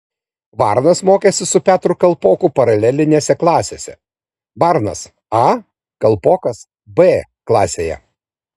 varnas mokėsi su petru kalpoku paralelinėse klasėse varnas a kalpokas b klasėje